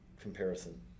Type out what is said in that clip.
comparison